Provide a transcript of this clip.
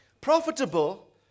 profitable